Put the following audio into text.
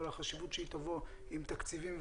החשיבות שהיא תבוא עם תקציבים,